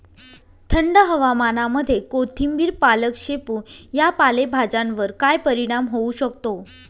थंड हवामानामध्ये कोथिंबिर, पालक, शेपू या पालेभाज्यांवर काय परिणाम होऊ शकतो?